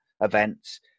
events